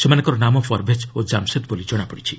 ସେମାନଙ୍କ ନାମ ପରଭେଜ୍ ଓ କାମ୍ସେଦ୍ ବୋଲି ଜଣାପଡ଼ିଛି